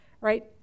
right